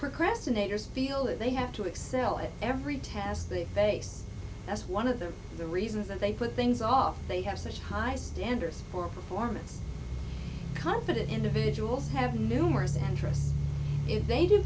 procrastinators feel that they have to excel at every test they face as one of the the reasons that they put things off they have such high standards for performance confident individuals have numerous interests if they do